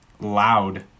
loud